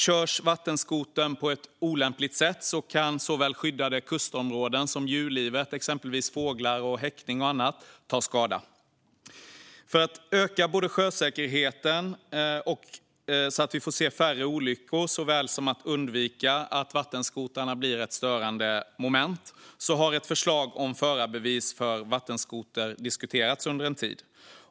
Om vattenskotern körs på ett olämpligt sätt kan även såväl skyddade kustområden som djurlivet - till exempel fåglar, häckning och annat - ta skada. För att såväl öka sjösäkerheten och se färre olyckor som undvika att vattenskotrarna blir ett störande moment har ett förslag om förarbevis för vattenskoter diskuterats under en tid.